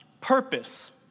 Purpose